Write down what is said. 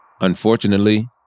Unfortunately